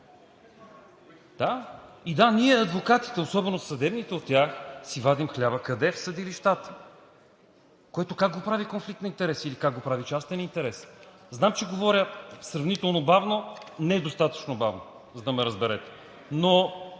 Да, ние адвокатите, особено съдебните от тях, си вадим хляба къде – в съдилищата, което как го прави конфликт на интереси или как го прави частен интерес? Знам, че говоря сравнително бавно, не достатъчно бавно, за да ме разберете.